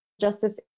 justice